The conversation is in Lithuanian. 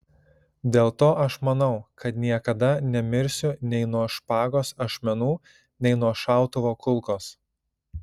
dėl to aš manau kad niekada nemirsiu nei nuo špagos ašmenų nei nuo šautuvo kulkos